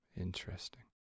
Interesting